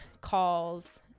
calls